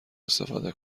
استفاده